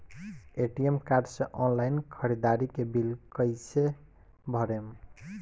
ATM card से online ख़रीदारी के बिल कईसे भरेम?